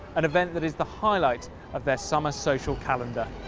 an event that is the highlight of their summer social calendar.